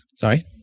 Sorry